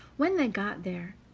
when they got there,